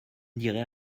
dirai